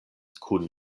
kun